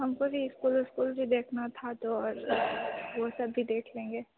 हमको भी स्कूल उसकूल भी देखना था तो और वह सब भी देख लेंगे